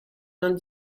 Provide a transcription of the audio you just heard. vingt